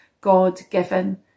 God-given